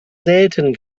selten